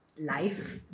life